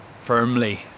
firmly